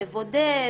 לבודד,